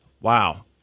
Wow